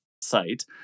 site